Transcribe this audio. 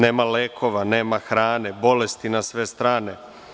Nema lekova, nema hrane, bolesti na sve strane.